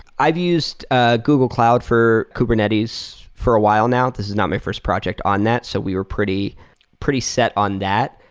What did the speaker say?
i've used ah google cloud for kubernetes for a while now. this is not my first project on that. so we're pretty pretty set on that.